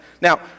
Now